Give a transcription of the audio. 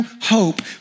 hope